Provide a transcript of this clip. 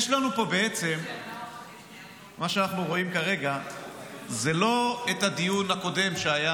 מה שאנחנו רואים כרגע זה לא את הדיון הקודם שהיה,